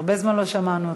הרבה זמן לא שמענו אותך.